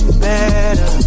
better